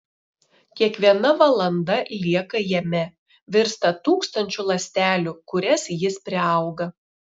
kiekviena valanda lieka jame virsta tūkstančiu ląstelių kurias jis priauga